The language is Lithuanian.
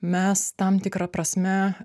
mes tam tikra prasme